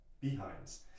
behinds